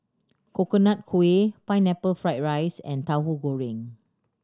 Coconut Kuih Pineapple Fried rice and Tauhu Goreng